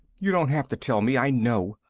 you don't have to tell me. i know.